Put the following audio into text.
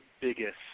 biggest